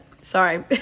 Sorry